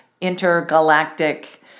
intergalactic